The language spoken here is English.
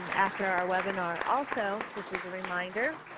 um after our webinar. also this is a reminder,